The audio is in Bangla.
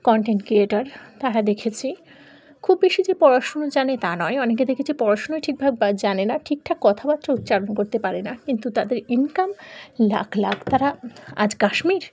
কন্টেন্ট ক্রিয়েটর তারা দেখেছি খুব বেশি যে পড়াশুনো জানে তা নয় অনেকে দেখেছি পড়াশুনোই ঠিকভাবে বা জানে না ঠিকঠাক কথাবার্তা উচ্চারণ করতে পারে না কিন্তু তাদের ইনকাম লাখ লাখ তারা আজ কাশ্মীর